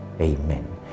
Amen